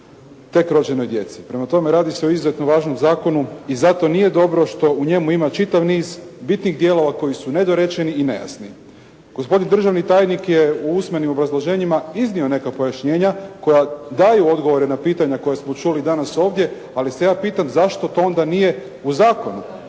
tek rođenoj djeci. Prema tome radi se o izuzetno važnom zakonu i zato nije dobro što u njemu ima čitav niz bitnih dijelova koji su nedorečeni i nejasni. Gospodin državni tajnik je u usmenim obrazloženjima iznio neka pojašnjenja koja daju odgovore na pitanja koja smo čuli danas ovdje, ali se ja pitam zašto to onda nije u zakonu.